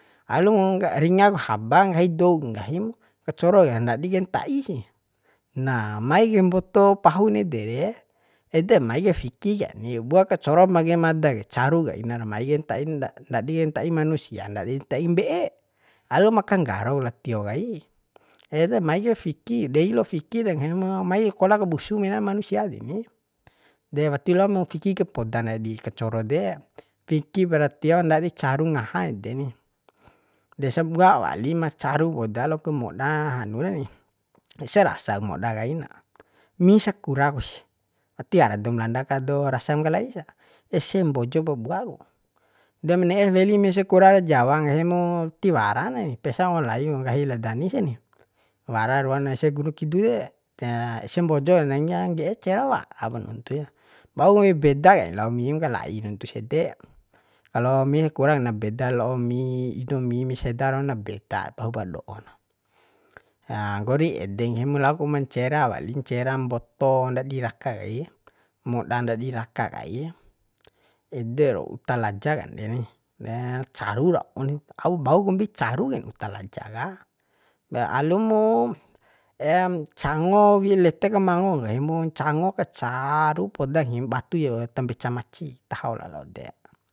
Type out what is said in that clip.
Alumu ngga ringak haba nggahi dou nggahi mu kacoro ke ndadi kain ta'i si nah mai kaim mboto pahun ede re ede mai kai fiki kani bua kacoro mangge mada ke caru kaina ra mai kain ta'i ndadi kain ta'i manusia ndadin ta'i mbe'e alum ka nggaro lao tio kai ede mai kai fiki dei lo fiki de nggahimo mai kola kabusu mena manusia deni de wati loa mu fiki kapoda ndadi kacoro de fiki para tio ndadi caru ngaha ede ni de sabua wali ma caru poda lao ku moda hanu rani ese rasa moda kaina mi sakura ku si tiara doum landa ka do rasam kalai sa ese mbojo pabua ku de mne'e weli mi sakura ara jawa nggahi mu tiara nae pesan onlain nggahi la dani seni wara ruan ese gunung kidu de ese mbojo na ngge'e ncera wara pa nuntu sa bau kombi beda kai lao mi makalai nuntus ede kalo mi sakura na beda lao mi indomi mi seda raun na beda pahupar do'o na nggori ede nggahi mu lao ku ma ncera wali ncera mboto ndadi raka kai moda ndadi raka kai ede ru uta laja kande ni caru rauk ni au bau kombi caru kain uta laja ka alu mu ncango wi'i ete kamango nggahi mu ncango ka caru poda ngim badu ja uta mbeca maci taho lalo de